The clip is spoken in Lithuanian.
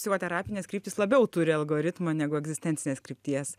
psichoterapinės kryptys labiau turi algoritmą negu egzistencinės krypties